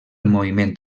moviment